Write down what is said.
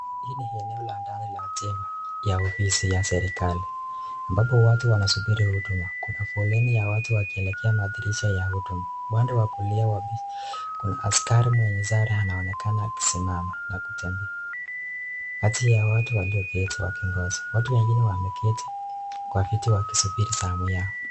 Hii ni eneo ya ndani ya jengo ya ofisi ya serikali. Watu wansubiri huduma, kuna foleni ya watu wanaosubiri huduma. Mwendo wa kulia kuna askari anayeonekana akisimama. Watu wengine wameketi kwenye viti wakisubiri zamu yao.